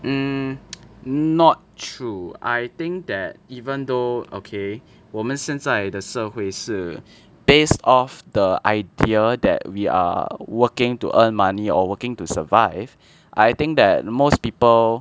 mm not true I think that even though okay 我们现在的社会是 based off the idea that we are working to earn money or working to survive I think that most people